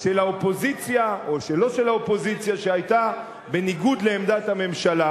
של האופוזיציה או לא של האופוזיציה שהיתה בניגוד לעמדת הממשלה,